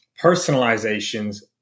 personalizations